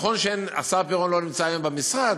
נכון שאסף ירון לא נמצא היום במשרד,